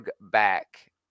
back